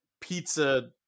pizza